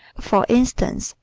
for instance,